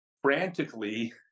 frantically